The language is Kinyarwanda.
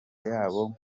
yabo